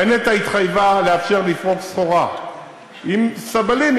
הרי נת"ע התחייבה לאפשר לפרוק סחורה עם סבלים,